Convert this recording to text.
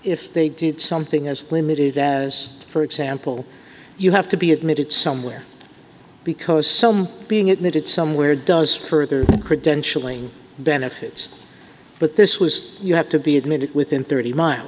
if they did something as limited as for example you have to be admitted somewhere because some being admitted somewhere does further credentialing benefits but this was you have to be admitted within thirty miles